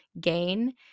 gain